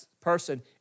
person